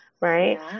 Right